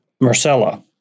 Marcella